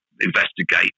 investigate